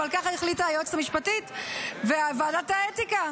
אבל כך החליטה היועצת המשפטית וועדת האתיקה.